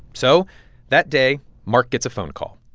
so that day, mark gets a phone call.